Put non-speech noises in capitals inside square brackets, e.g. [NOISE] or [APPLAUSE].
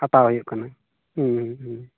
ᱦᱟᱛᱟᱣ ᱦᱩᱭᱩᱜ ᱠᱟᱱᱟ [UNINTELLIGIBLE]